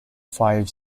five